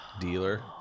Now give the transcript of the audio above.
Dealer